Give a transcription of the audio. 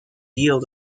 yield